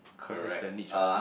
cause that's the niche what